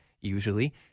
Usually